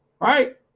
right